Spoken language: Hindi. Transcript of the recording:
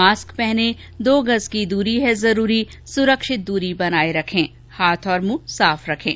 मास्क पहनें दो गज़ की दूरी है जरूरी सुरक्षित दूरी बनाए रखें हाथ और मुंह साफ रखें